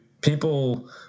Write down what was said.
people